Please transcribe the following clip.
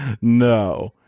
No